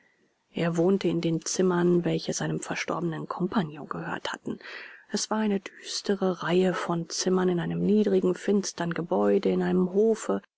er wohnte in den zimmern welche seinem verstorbenen compagnon gehört hatten es war eine düstere reihe von zimmern in einem niedrigen finstern gebäude in einem hofe